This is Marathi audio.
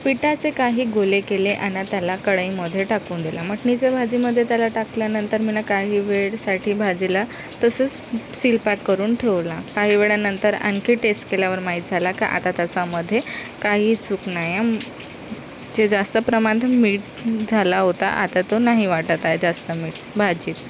पिठाचे काही गोळे केले आणि त्याला कढईमध्ये टाकून दिले मटणीच्या भाजीमध्ये त्याला टाकल्यानंतर मी ना काही वेळेसाठी भाजीला तसंच सील पॅक करून ठेवला काही वेळानंतर आणखी टेस केल्यावर माहित झाला का आता त्याच्यामधे काहीही चूक नाहीये जे जास्त प्रमाणं मीठ झाला होता आता तो नाही वाटत आहे जास्त मीठ भाजीत